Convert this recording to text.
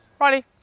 Riley